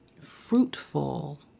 fruitful